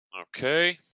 Okay